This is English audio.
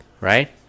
right